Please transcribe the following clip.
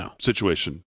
situation